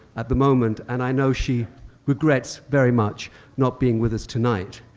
at the moment, and i know she regrets very much not being with us tonight.